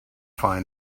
find